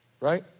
Right